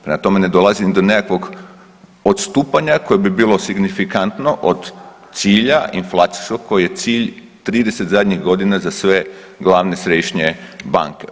Prema tome, ne dolazim do nekakvog odstupanja koje bi bilo signifikantno od cilja, inflacijskog, koji je cilj 30 zadnjih godina za sve glavne središnje banke.